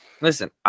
Listen